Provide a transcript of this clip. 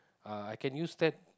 uh I can use that